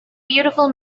beautiful